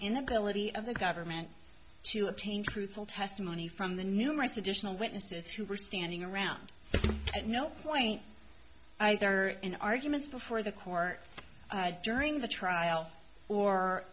inability of the government to obtain truthful testimony from the numerous additional witnesses who were standing around at no point either in arguments before the court during the trial or